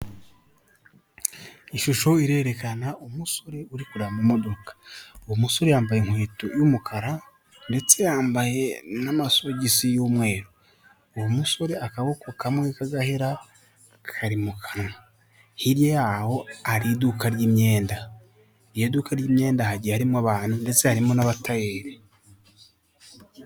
Ishusho irerekana umusore urikureba mu modoka. Uwo musore yambaye inkweto y'umukara ndetse yambaye n'amasogisi y'umweru. Uwo musore akaboko kamwe k'agahera kari mu kanwa, hirya yaho hari iduka ry'imyenda. Iryo duka ry'imyenda hagiye harimo abantu ndetse harimo n'abatayeri.